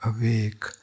awake